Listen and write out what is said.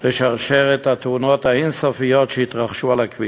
לשרשרת התאונות האין-סופית שהתרחשו על הכביש.